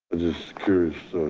curious